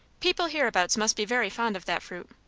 people hereabouts must be very fond of that fruit.